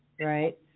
right